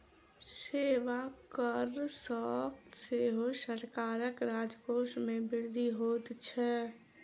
सेवा कर सॅ सेहो सरकारक राजकोष मे वृद्धि होइत छै